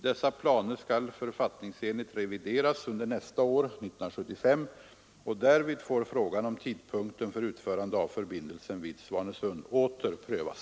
Dessa planer skall författningsenligt revideras under nästa år — 1975 — och därvid får frågan om tidpunkten för utförande av förbindelsen vid Svanesund åter prövas.